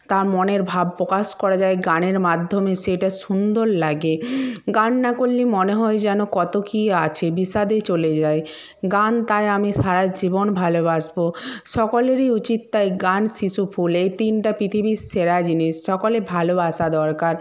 তা মনের ভাব প্রকাশ করা যায় গানের মাধ্যমে সেটা সুন্দর লাগে গান না করলে মনে হয় যেন কত কী আছে বিস্বাদে চলে যাই গান তাই আমি সারা জীবন ভালবাসবো সকলেরই উচিত তাই গান শিশু ফুল এই তিনটা পৃথিবীর সেরা জিনিস সকলে ভালোবাসা দরকার